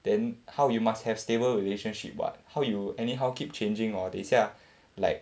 then how you must have stable relationship what how you anyhow keep changing hor 等一下 like